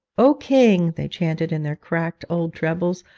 o king they chanted in their cracked old trebles,